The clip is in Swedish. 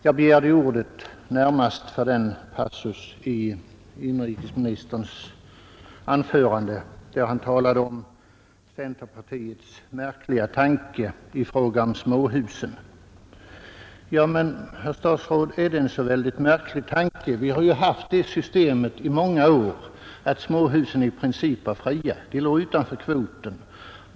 Jag begärde ordet närmast på grund av den passus i inrikesministerns anförande där han talade om centerpartiets märkliga tanke i fråga om småhusen. Men, herr statsråd, är det en så märklig tanke? Vi har ju i många år haft det systemet att småhusen i princip varit fria. De låg utanför kvoten.